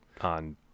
on